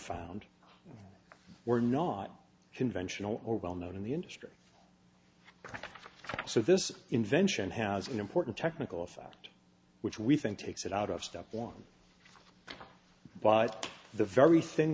found were not conventional or well known in the industry so this invention has an important technical effect which we think takes it out of step one by the very thing